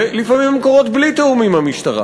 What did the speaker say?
ולפעמים הן קורות בלי תיאום עם המשטרה,